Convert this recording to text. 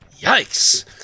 Yikes